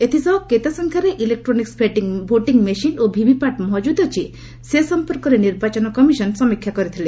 ଏଥିସହ କେତେ ସଂଖ୍ୟାରେ ଇଲେକ୍ଟ୍ରୋନିକ୍୍ ଭୋଟିଂ ମେସିନ୍ ଓ ଭିଭି ପାଟ୍ ମହକୁଦ ଅଛି ସେ ସମ୍ପର୍କରେ ନିର୍ବାଚନ କମିଶନ୍ ସମୀକ୍ଷା କରିଥିଲେ